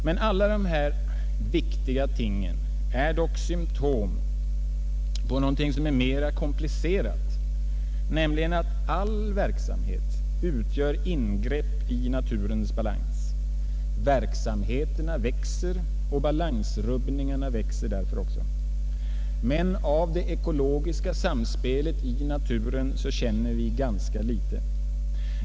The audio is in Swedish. Men alla dessa viktiga ting är dock symtom på något som är mera komplicerat, nämligen att all verksamhet utgör ingrepp i naturens balans. Verksamheterna växer, och balansrubbningarna växer därför också. Men av det ekologiska samspelet i naturen känner vi ganska litet.